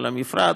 על המפרץ,